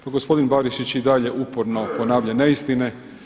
Pa gospodin Barišić i dalje uporno ponavlja neistine.